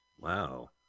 wow